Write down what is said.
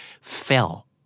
fell